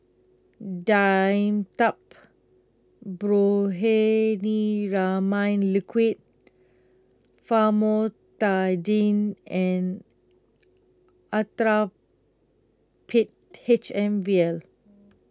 Dimetapp Brompheniramine Liquid Famotidine and Actrapid H M vial